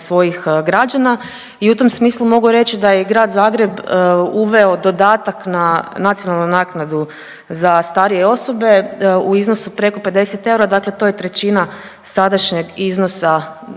svojih građana i u tom smislu mogu reći da je i Grad Zagreb uveo dodatak na nacionalnu naknadu za starije osobe u iznosu preko 50 eura, dakle to je trećina sadašnjeg iznosa ove